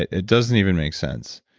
it doesn't even make sense.